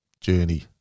journey